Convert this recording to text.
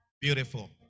Beautiful